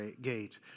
gate